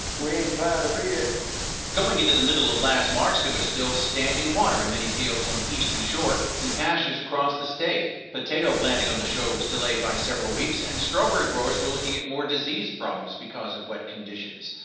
we ain't plowed a bit. going into the middle of last march, there was still standing water in many fields on the eastern shore and pastures across the state. potato planting on the shore was delayed by several weeks, and strawberry growers were looking at more disease problems because of wet conditions.